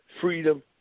freedom